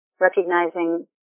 recognizing